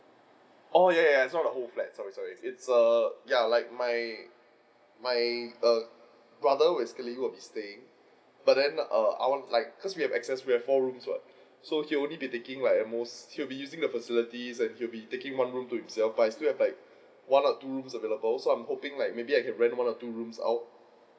oh ya ya ya it is not the whole flat sorry sorry it's err ya like my my err brother basically would be staying but then err I want like cos' we have excess we have four rooms what so he would be taking like at most he would be using the facilities and he would be taking one room to himself but I still have like one or two rooms available so I'm hoping like maybe I can rent one or two rooms out